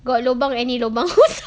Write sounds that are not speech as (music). got lubang any lubang also can (laughs)